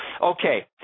Okay